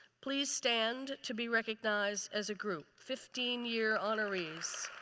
please stand to be recognized as a group, fifteen year honorees.